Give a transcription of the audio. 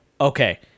okay